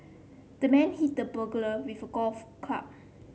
the man hit the burglar with a golf club